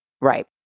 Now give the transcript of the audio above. Right